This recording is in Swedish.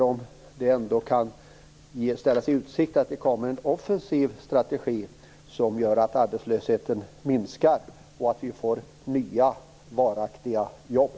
Kan det ändå ställas i utsikt att det kommer en offensiv strategi som gör att arbetslösheten minskar och att vi får nya varaktiga jobb?